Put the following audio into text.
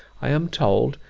i am told,